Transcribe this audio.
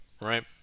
right